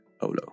Olo